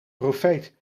profeet